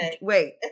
wait